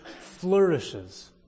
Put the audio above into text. flourishes